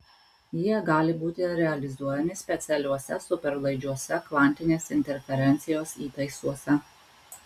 jie gali būti realizuojami specialiuose superlaidžiuose kvantinės interferencijos įtaisuose